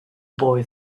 boy